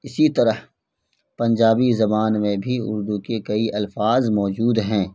اسی طرح پنجابی زبان میں بھی اردو کے کئی الفاظ موجود ہیں